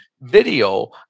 video